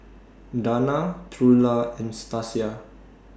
Dana Trula and Stasia